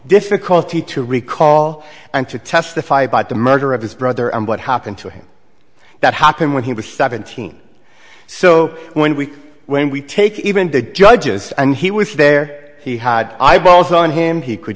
difficulty to recall and to testify about the murder of his brother and what happened to him that happened when he was seventeen so when we when we take even the judges and he was there he had i've also known him he could